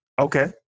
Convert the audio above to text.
Okay